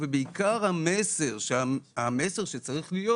ובעיקר המסר שצריך להיות: